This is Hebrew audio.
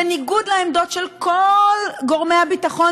בניגוד לעמדות של כל גורמי הביטחון,